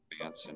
advance